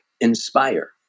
inspire